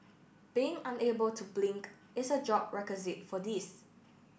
being unable to blink is a job requisite for this